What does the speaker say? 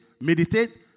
meditate